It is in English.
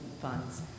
funds